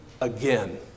again